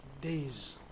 days